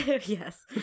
Yes